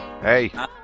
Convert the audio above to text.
Hey